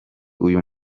uyu